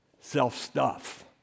Self-stuff